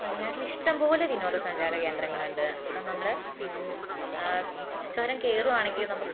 വയനാട്ടില് ഇഷ്ടംപോലെ വിനോദസഞ്ചാര കേന്ദ്രങ്ങളുണ്ട് ഇപ്പം നമ്മള് ചുരം കേറുവാണെങ്കി നമുക്ക്